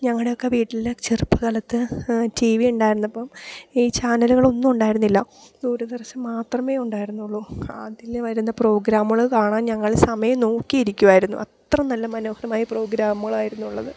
ഞങ്ങളുടെയൊക്കെ വീട്ടില് ചെറുപ്പ കാലത്ത് ടി വി ഉണ്ടായിരുന്നപ്പോള് ഈ ചാനലുകളൊന്നും ഉണ്ടായിരുന്നില്ല ദൂരദർശൻ മാത്രമേ ഉണ്ടായിരുന്നുള്ളൂ അതില് വരുന്ന പ്രോഗ്രാമുകള് കാണാൻ ഞങ്ങള് സമയം നോക്കിയിരിക്കുമായിരുന്നു അത്ര നല്ല മനോഹരമായ പ്രോഗ്രാമുകളായിരുന്നു ഉള്ളത്